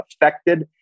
affected